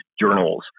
journals